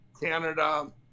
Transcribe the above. Canada